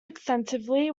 extensively